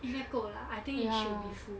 应该够 lah I think it should be full